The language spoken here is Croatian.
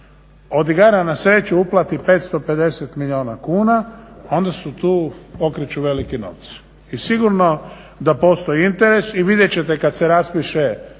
od igara na sreću uplati 550 milijuna kuna onda se tu okreću veliki novci. I sigurno da postoji interes. I vidjet ćete kad se raspiše